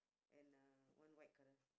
and uh one white colour